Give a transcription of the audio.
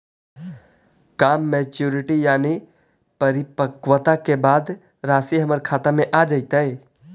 का मैच्यूरिटी यानी परिपक्वता के बाद रासि हमर खाता में आ जइतई?